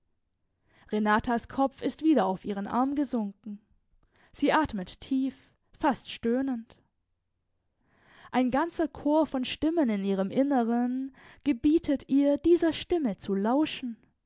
renatas kopf ist wieder auf ihren arm gesunken sie atmet tief fast stöhnend ein ganzer chor von stimmen in ihrem inneren gebietet ihr dieser stimme zu lauschen